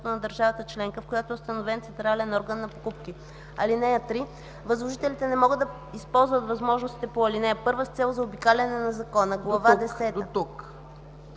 До тук.